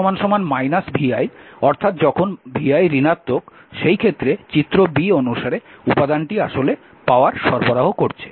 আবার যখন p vi অর্থাৎ যখন vi ঋণাত্মক সেই ক্ষেত্রে চিত্র b অনুসারে উপাদানটি আসলে পাওয়ার সরবরাহ করছে